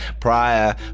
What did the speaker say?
prior